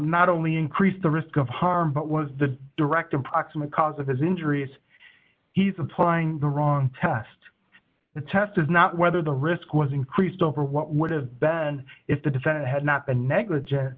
not only increased the risk of harm but was the direct approximate cause of his injuries he's applying the wrong test the test is not whether the risk was increased over what would have been if the defendant had not been negligent